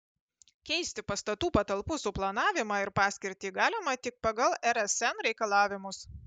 keisti pastatų patalpų suplanavimą ir paskirtį galima tik pagal rsn reikalavimus